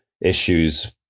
issues